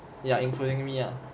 ya including me ah